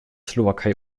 slowakei